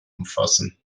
umfassen